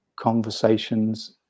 conversations